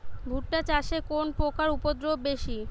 ভুট্টা চাষে কোন পোকার উপদ্রব বেশি?